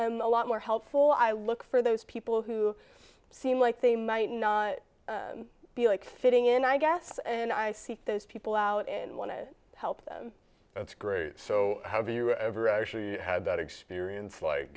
lot more helpful i look for those people who seem like they might be like fitting in i guess and i seek those people out and want to help them that's great so have you ever actually had that experience like